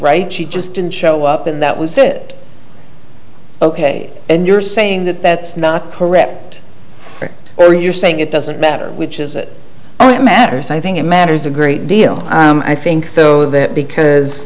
right she just didn't show up at that was it ok and you're saying that that's not correct correct so you're saying it doesn't matter which is what matters i think it matters a great deal i think though that because